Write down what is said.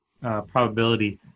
probability